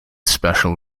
special